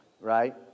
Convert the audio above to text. Right